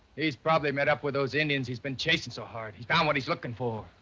he's probably met up with those indians. he's been chasing so hard. he's found what he's looking for.